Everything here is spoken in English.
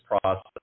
process